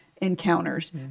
encounters